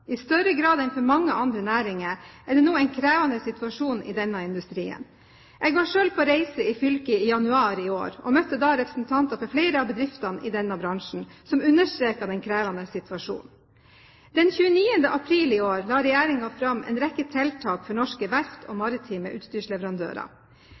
I større grad enn for mange andre næringer er det nå en krevende situasjon i denne industrien. Jeg var selv på reise i fylket i januar i år og møtte da representanter for flere av bedriftene i denne bransjen, som understreket den krevende situasjonen. Den 29. april i år la Regjeringen fram en rekke tiltak for norske verft og